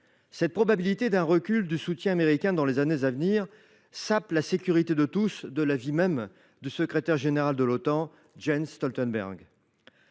La probabilité d’un recul du soutien américain dans les années à venir « sape la sécurité de tous », de l’avis même du secrétaire général de l’Otan, Jens Stoltenberg.